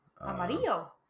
Amarillo